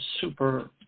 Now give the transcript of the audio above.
super